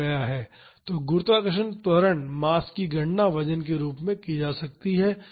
तो गुरुत्वाकर्षण त्वरण द्वारा मास की गणना वजन के रूप में की जा सकती है